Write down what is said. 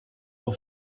will